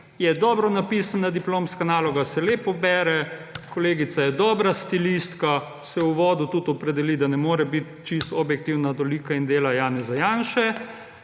Je dobro napisana diplomska naloga, se lepo bere. Kolegica je dobra stilistka, se v uvodu tudi opredeli, da ne more biti čisto objektivna do lika in dela Janeza Janše.